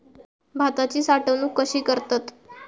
भाताची साठवूनक कशी करतत?